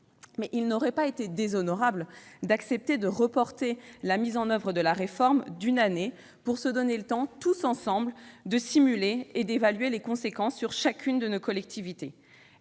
Il n'aurait pas été déshonorable d'accepter de reporter la mise en oeuvre de la réforme d'une année pour se donner le temps, tous ensemble, de faire des simulations et d'évaluer les conséquences sur chacune de nos collectivités.